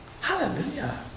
Hallelujah